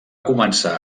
començar